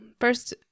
first